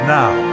now